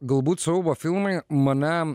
galbūt siaubo filmai mane